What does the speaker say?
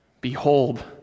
Behold